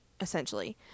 essentially